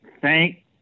Thank